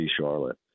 Charlotte